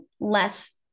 less